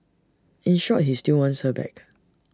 in short he still wants her back